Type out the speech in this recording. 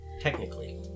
technically